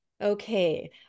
okay